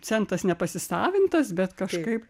centas nepasisavintas bet kažkaip